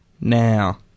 now